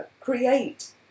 create